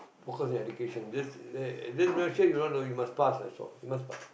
focus your education just just make sure you know you must pass that's all you must pass